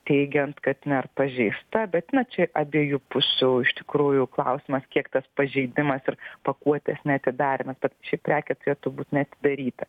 teigiant kad jinai ar pažeista bet na čia abiejų pusių iš tikrųjų klausimas kiek tas pažeidimas ir pakuotės neatidarymas bet šiaip prekė turėtų būt neatidaryta